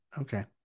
Okay